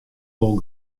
wol